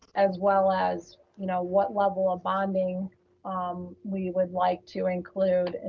as well as, you know, what level of bonding we would like to include. and